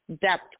depth